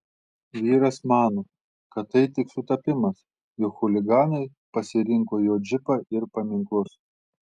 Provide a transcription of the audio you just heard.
vyras mano kad tai tik sutapimas jog chuliganai pasirinko jo džipą ir paminklus